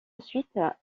ensuite